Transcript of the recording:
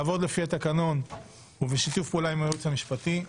לעבוד לפי התקנון ובשיתוף פעולה עם הייעוץ המשפטי.